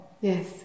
Yes